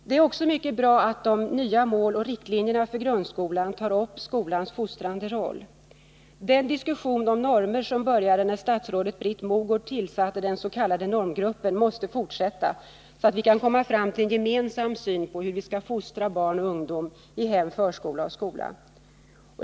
Det är också mycket bra att de nya målen och riktlinjerna för grundskolan så klart tar upp skolans fostrande roll. Den diskussion om normer som började när statsrådet Britt Mogård tillsatte den s.k. normgruppen måste fortsätta, så att vi kan komma fram till en gemensam syn på hur vi skall fostra barn och ungdom i hem, förskola och skola.